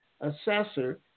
assessor